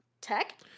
tech